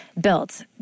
built